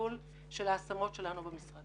המסלול של ההשמות שלנו במשרד.